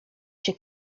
się